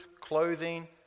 clothing